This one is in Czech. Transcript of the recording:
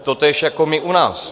Totéž jako my u nás.